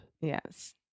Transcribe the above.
Yes